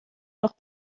noch